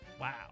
Wow